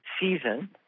season